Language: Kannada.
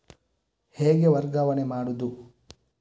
ಹೇಗೆ ವರ್ಗಾವಣೆ ಮಾಡುದು?